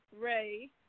Ray